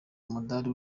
umudari